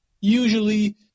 usually